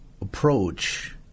approach